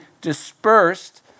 dispersed